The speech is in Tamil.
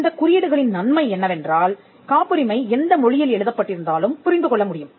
இந்தக் குறியீடுகளின் நன்மை என்னவென்றால் காப்புரிமை எந்த மொழியில் எழுதப்பட்டிருந்தாலும் புரிந்து கொள்ள முடியும்